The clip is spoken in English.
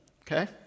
Okay